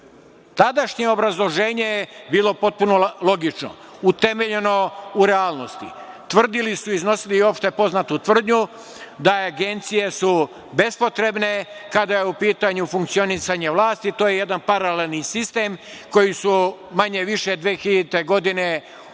Tadašnje obrazloženje bilo je potpuno logično, utemeljeno u realnosti. Tvrdili su i iznosili opštepoznatu tvrdnju da su agencije bespotrebne kada je u pitanju funkcionisanje vlasti, to je jedan paralelni sistem koji su manje-više 2000. godine uveli